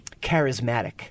charismatic